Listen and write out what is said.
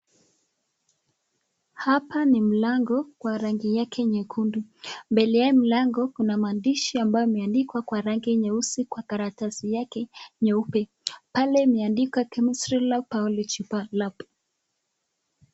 Hapa ni mlango kwa rangi yake nyekundu. Mbele ya hii mlango kuna maandishi ambayo imeandikwa kwa rangi nyeusi kwa karatasi yake nyeupe. Pale imeandikwa Chemistry Lab, Biology Lab.